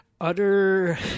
Utter